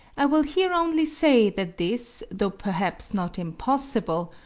i will here only say, that this, though perhaps not impossible,